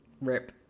Rip